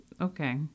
Okay